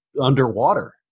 underwater